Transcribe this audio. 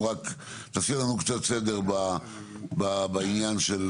תעשי לנו קצת סדר בעניין של